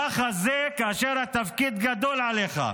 ככה זה כאשר התפקיד גדול עליך.